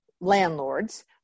landlords